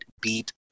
beat